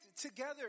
together